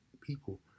people